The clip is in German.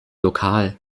lokal